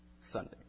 Sunday